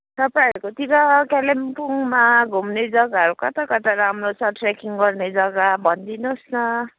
तपाईँहरूकोतिर कालिम्पोङमा घुम्ने जग्गाहरू कता कता राम्रो छ ट्रेकिङ गर्ने जग्गा भन्दिनुहोस् न